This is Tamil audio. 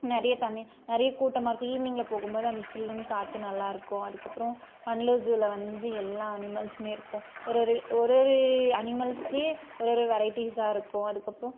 நிறைய தண்ணி நிறைய கூட்டமாக இருக்கும் ஈவினிங்கில் போகும் போது அந்த சில்லுனு காற்று நல்லா இருக்கும் அதுக்கப்புறம் வண்டலூர் ஜூவில் வந்து எல்லா அனிமல்ஸுமே இருக்கும் ஒரு ஒரு ஒரு ஒரு அனிமல்ஸ்லேயே ஒரு ஒரு வெரைட்டிஸாக இருக்கும் அதுக்கப்புறம்